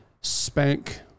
spank